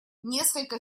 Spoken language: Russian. несколько